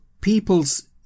people's